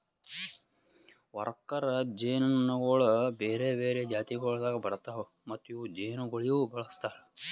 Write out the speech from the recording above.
worker ಜೇನುನೊಣಗೊಳ್ ಬೇರೆ ಬೇರೆ ಜಾತಿಗೊಳ್ದಾಗ್ ಬರ್ತಾವ್ ಮತ್ತ ಇವು ಜೇನುಗೊಳಿಗ್ ಬಳಸ್ತಾರ್